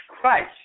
Christ